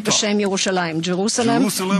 Jerusalem,